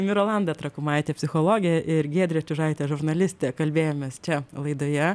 mirolanda trakumaitė psichologė ir giedrė čiužaitė žurnalistė kalbėjomės čia laidoje